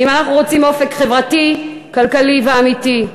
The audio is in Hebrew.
אם אנחנו רוצים אופק חברתי וכלכלי אמיתי.